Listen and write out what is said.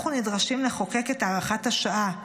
אנחנו נדרשים לחוקק את הארכת הוראת השעה,